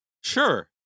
Sure